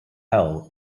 hell